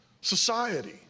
society